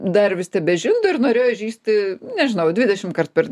dar vis tebežindo ir norėjo žįsti nežinau dvidešimtkart per